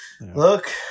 Look